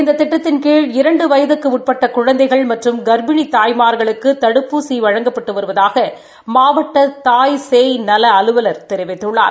இந்த திட்டத்தின் கீழ் இரண்டு வயதுக்கு உட்பட்ட குழந்தைகள் மற்றும் கள்ப்பிணி தாய்மாகுளுக்கு தடுப்பூசி வழங்கப்பட்டு வருவதாக மாவட்ட தாய் சேய் நல அலுவலர் தெரிவித்துள்ளார்